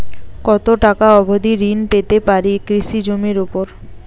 কত টাকা অবধি ঋণ পেতে পারি কৃষি জমির উপর?